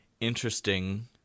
interesting